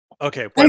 Okay